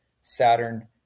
saturn